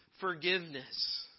forgiveness